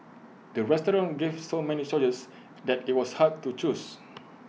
the restaurant gave so many choices that IT was hard to choose